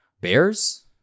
Bears